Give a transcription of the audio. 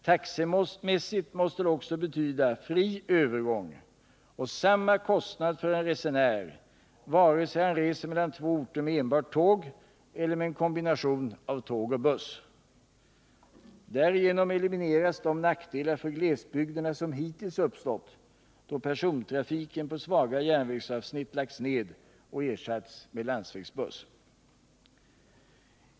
Taxemässigt måste det också betyda fri övergång och samma kostnad för en resenär, vare sig han reser mellan två orter med enbart tåg eller med en kombination av tåg och buss. Därigenom elimineras de nackdelar för glesbygderna som hittills uppstått, då persontrafiken på svaga järnvägsavsnitt lagts ned och ersatts med landsvägsbuss.